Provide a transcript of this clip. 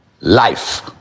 Life